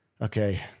okay